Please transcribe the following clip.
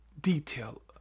detail